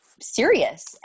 serious